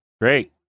Great